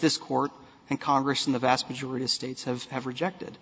this court and congress in the vast majority of states have have rejected